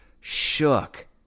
shook